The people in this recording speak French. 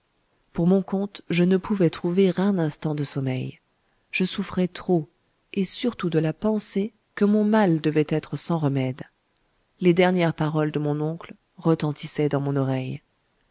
pour mon compte je ne pouvais trouver un instant de sommeil je souffrais trop et surtout de la pensée que mon mal devait être sans remède les dernières paroles de mon oncle retentissaient dans mon oreille